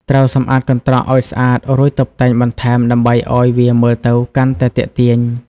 ត្រូវសម្អាតកន្ត្រកឲ្យស្អាត រួចតុបតែងបន្ថែមដើម្បីឲ្យវាមើលទៅកាន់តែទាក់ទាញ។